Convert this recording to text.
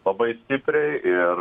labai stipriai ir